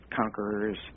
conquerors